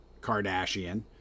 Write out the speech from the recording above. kardashian